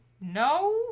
No